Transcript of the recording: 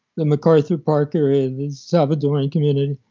the macarthur park area, the salvadoran community.